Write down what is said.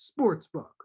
Sportsbook